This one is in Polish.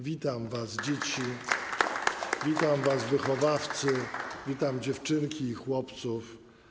Witam was, dzieci, witam was, wychowawcy, witam dziewczynki i chłopców.